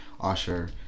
Osher